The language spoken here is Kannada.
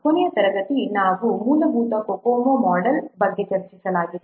ಕೊನೆಯ ತರಗತಿ ನಾವು ಮೂಲಭೂತ COCOMO ಮೊಡೆಲ್ ಬಗ್ಗೆ ಚರ್ಚಿಸಲಾಗಿದೆ